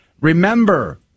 Remember